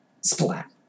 Splat